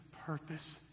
purpose